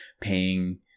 paying